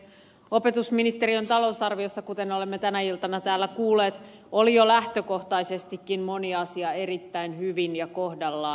opetusministeriön talousarviossa kuten olemme tänä iltana täällä kuulleet oli jo lähtökohtaisestikin moni asia erittäin hyvin ja kohdallaan